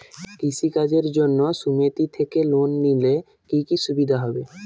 কৃষি কাজের জন্য সুমেতি থেকে লোন নিলে কি কি সুবিধা হবে?